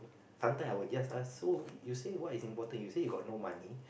sometimes I'll just ask so you say what's important you say you got no money